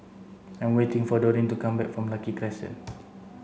I'm waiting for Dorine to come back from Lucky Crescent